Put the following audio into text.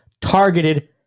targeted